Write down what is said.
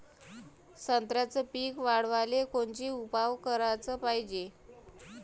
संत्र्याचं पीक वाढवाले कोनचे उपाव कराच पायजे?